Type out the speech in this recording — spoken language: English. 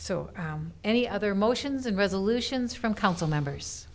so any other motions and resolutions from council members